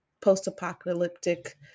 post-apocalyptic